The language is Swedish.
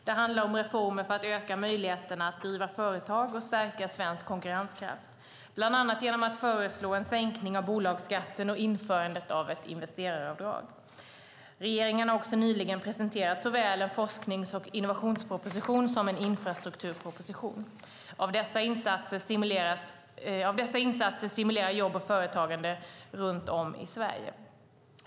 Det handlar om reformer för att öka möjligheterna att driva företag och stärka svensk konkurrenskraft, bland annat genom att föreslå en sänkning av bolagsskatten och införandet av ett investeraravdrag. Regeringen har också nyligen presenterat såväl en forsknings och innovationsproposition som en infrastrukturproposition. Även dessa insatser stimulerar jobb och företagande runt om i Sverige.